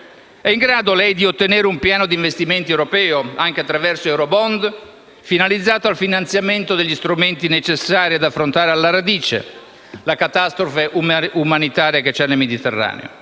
è in grado di ottenere un piano di investimenti europeo, anche attraverso eurobond, finalizzato al finanziamento degli strumenti necessari ad affrontare alla radice la catastrofe umanitaria nel Mediterraneo?